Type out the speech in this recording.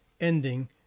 ending